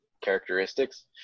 characteristics